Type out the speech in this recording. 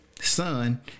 son